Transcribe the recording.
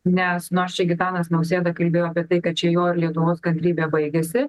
nes nors čia gitanas nausėda kalbėjo apie tai kad čia jo lietuvos kantrybė baigiasi